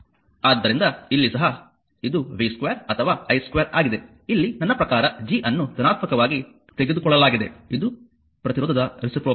ಆದ್ದರಿಂದ ಇಲ್ಲಿ ಸಹ ಇದು v2 ಅಥವಾ i2 ಆಗಿದೆ ಇಲ್ಲಿ ನನ್ನ ಪ್ರಕಾರ G ಅನ್ನು ಧನಾತ್ಮಕವಾಗಿ ತೆಗೆದುಕೊಳ್ಳಲಾಗಿದೆ ಇದು ಪ್ರತಿರೋಧದ ರೆಸಿಪ್ರೋಕಲ್